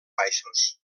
baixos